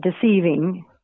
deceiving